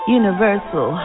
universal